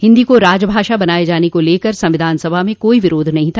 हिंदी को राजभाषा बनाए जाने को लेकर संविधान सभा में कोई विरोध नहीं था